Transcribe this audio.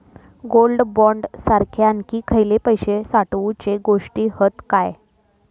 Gold bond सारखे आणखी खयले पैशे साठवूचे गोष्टी हत काय?